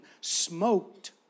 smoked